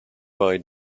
boy